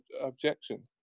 objection